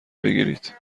بگیرید